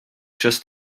just